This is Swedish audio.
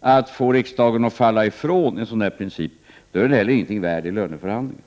går att förmå riksdagen att falla ifrån en sådan här princip, så är den inte heller något värd i löneförhandlingar.